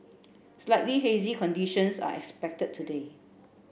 slightly hazy conditions are expected today